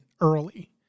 early